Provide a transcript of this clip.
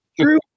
True